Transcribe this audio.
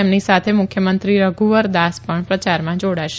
તેમની સાથે મુખ્યમંત્રી રધુવર દાસ પણ પ્રયારમાં જાડાશે